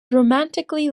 romantically